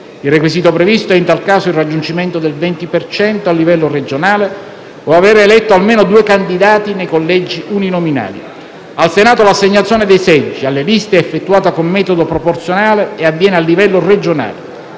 il requisito previsto è in tal caso il raggiungimento del 20 per cento a livello regionale o aver eletto almeno due candidati nei collegi uninominali. Al Senato l'assegnazione dei seggi alle liste è effettuata con metodo proporzionale e avviene a livello regionale.